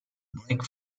brake